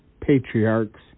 patriarchs